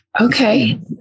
okay